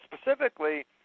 specifically